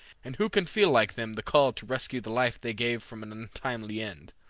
and who can feel like them the call to rescue the life they gave from an untimely end?